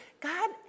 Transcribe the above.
God